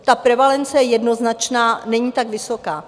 Ta prevalence je jednoznačná, není tak vysoká.